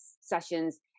sessions